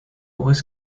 was